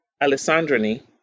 Alessandrini